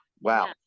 wow